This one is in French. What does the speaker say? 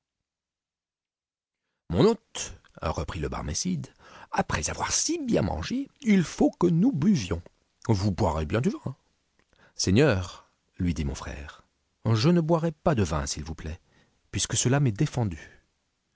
hôte reprit le barmécide après avoir si bien mangé il faut que nous buvions vous boirez bien du vin seigneur lui dit mon frère je ne boirai pas devin s'il vous platt puisque cela m'est défendu